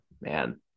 man